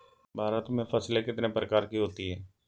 भारत में फसलें कितने प्रकार की होती हैं?